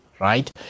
Right